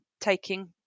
taking